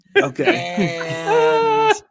okay